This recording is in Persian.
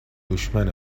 دشمن